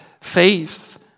faith